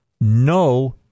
no